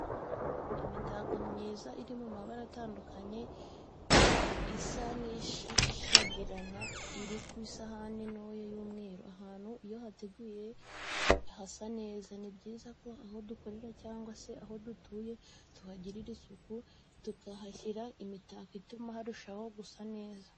Imitako myiza iri mu mabara atandukanye isa n'ishashagirana iri ku isahani ntoya y'umweru, ahantu iyo hateguye hasa neza, ni byiza ko aho dukorera cyangwa se aho dutuye tuhagirira isuku tukahashyira n'imitako ituma harushaho gusa neza.